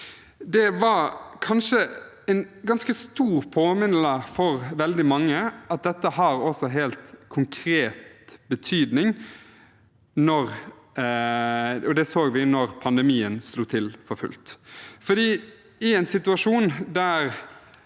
Det var kanskje en ganske stor påminner for veldig mange at dette også har helt konkret betydning, og det så vi da pandemien slo til for fullt. I en situasjon der